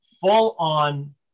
full-on